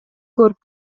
көрүп